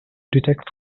detect